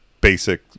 basic